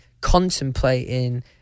contemplating